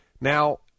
Now